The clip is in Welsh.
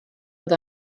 oedd